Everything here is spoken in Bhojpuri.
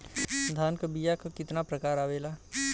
धान क बीया क कितना प्रकार आवेला?